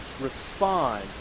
respond